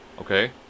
Okay